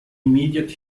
immediate